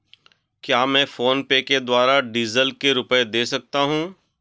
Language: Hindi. क्या मैं फोनपे के द्वारा डीज़ल के रुपए दे सकता हूं?